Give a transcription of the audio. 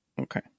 Okay